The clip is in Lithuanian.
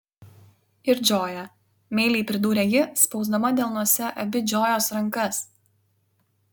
ir džoja meiliai pridūrė ji spausdama delnuose abi džojos rankas